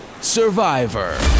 survivor